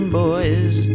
boys